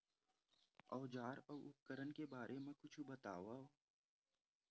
औजार अउ उपकरण के बारे मा कुछु बतावव?